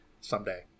someday